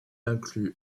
inclut